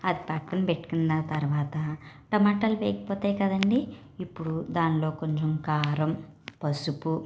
అది ప్రక్కన పెట్టుకున్న తరువాత టమాటాలు వేగిపోతాయి కదండి ఇప్పుడు దానిలో కొంచెం కారం పసుపు